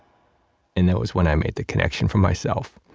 and that was when i made the connection for myself.